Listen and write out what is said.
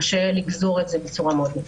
וקשה לגזור את זה בצורה ברורה.